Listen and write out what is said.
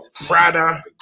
Prada